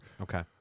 Okay